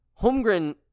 Holmgren